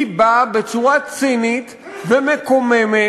היא באה בצורה צינית ומקוממת